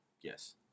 yes